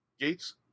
Gates